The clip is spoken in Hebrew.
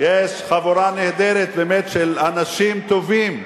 יש חבורה נהדרת, באמת, של אנשים טובים,